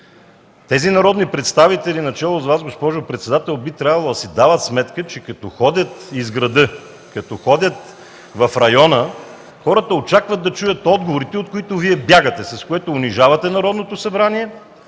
Тези народни представители, начело с Вас, госпожо председател, би трябвало да си дават сметка, че като ходят из града, като ходят в района, хората очакват да чуят отговорите, от които Вие бягате, с което унижавате Народното събрание,